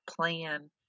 plan